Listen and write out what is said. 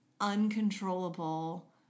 uncontrollable